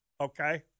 okay